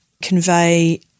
convey